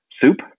Soup